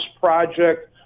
project